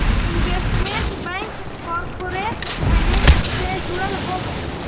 investment bank corporate finance से जुड़ल होवऽ हइ